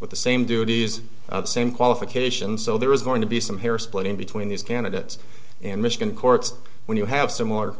with the same duties same qualifications so there is going to be some hair splitting between these candidates and michigan courts when you have similar